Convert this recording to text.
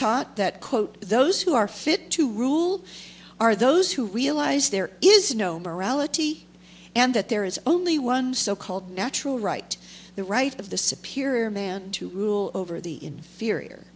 taught that quote those who are fit to rule are those who realize there is no morality and that there is only one so called natural right the right of the superior man to rule over the inferior